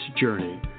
journey